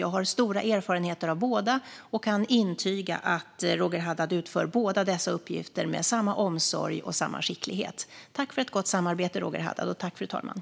Jag har stora erfarenheter av båda och kan intyga att Roger Haddad utför båda dessa uppgifter med samma omsorg och samma skicklighet. Tack för ett gott samarbete, Roger Haddad!